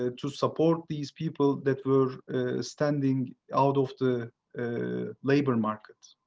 ah to support these people that were standing out of the labour market.